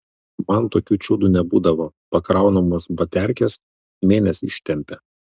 man tokių čiudų nebūdavo pakraunamos baterkės mėnesį ištempia